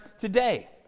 today